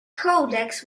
codex